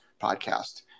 podcast